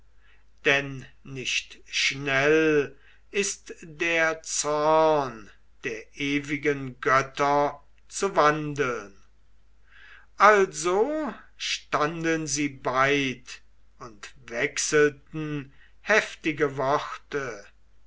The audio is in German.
denn nicht schnell ist der zorn der ewigen götter zu wandeln also standen sie beid und wechselten heftige worte